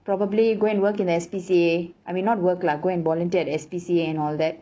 probably go and work in S_P_C_A I may not work lah go and volunteer at the S_P_C_A and all that